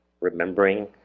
remembering